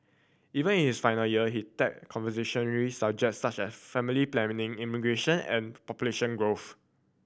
even is final year he tackled controversial subjects such as family planning immigration and population growth